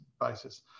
basis